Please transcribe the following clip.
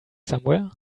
somewhere